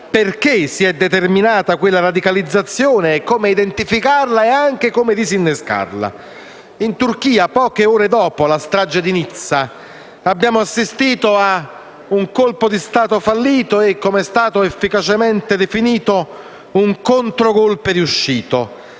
perché si è determinata quella radicalizzazione e come identificarla e disinnescarla. In Turchia, poche ore dopo la strage di Nizza, abbiamo assistito a un colpo di Stato fallito e, come è stato efficacemente definito, a un contro-*golpe* riuscito.